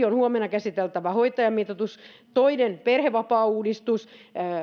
on huomenna käsiteltävä hoitajamitoitus toinen on perhevapaauudistus